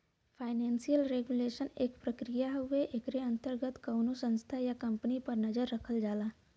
financial regulation एक प्रक्रिया हउवे एकरे अंतर्गत कउनो संस्था या कम्पनी पर नजर रखल जाला